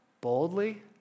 boldly